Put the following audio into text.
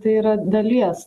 tai yra dalies